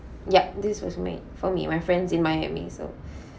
yup this was made for me my friends in miami so